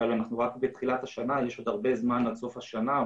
אנחנו רק בתחילת השנה ויש עוד זמן רב עד סוף שנה.